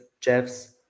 Jeff's